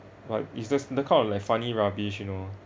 but it's just the kind of like funny rubbish you know